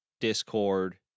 Discord